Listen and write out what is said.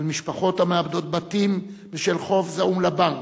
על משפחות המאבדות בתים בשל חוב זעום לבנק.